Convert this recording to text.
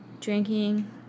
drinking